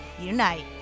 unite